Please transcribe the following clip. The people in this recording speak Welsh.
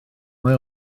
mae